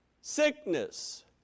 sickness